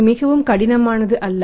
அது மிகவும் கடினமானது அல்ல